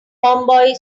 homeboy